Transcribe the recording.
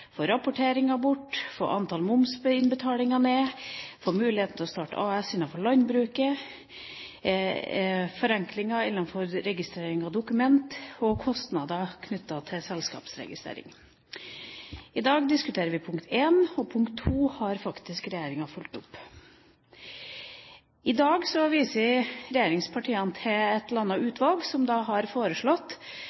få rapporteringen bort, få antallet momsinnbetalinger ned, gi mulighet til å starte AS innenfor landbruket og forenkle registreringen av dokumenter og redusere kostnader knyttet til selskapsregistrering. I dag diskuterer vi punkt 1 å få aksjekapitalen ned, og punkt 2, det å fjerne revisjonsplikten, har faktisk regjeringa fulgt opp. I dag viser regjeringspartiene til et